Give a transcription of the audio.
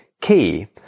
key